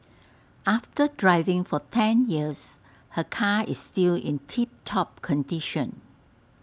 after driving for ten years her car is still in tip top condition